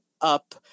up